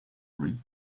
read